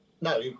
No